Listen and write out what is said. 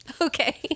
Okay